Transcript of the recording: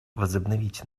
возобновить